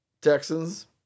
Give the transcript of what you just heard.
Texans